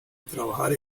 trabajar